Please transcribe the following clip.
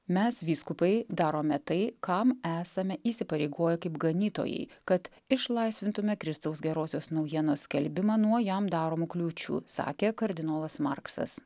mes vyskupai darome tai kam esame įsipareigoję kaip ganytojai kad išlaisvintumėme kristaus gerosios naujienos skelbimą nuo jam daromų kliūčių sakė kardinolas marksas